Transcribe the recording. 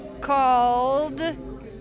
called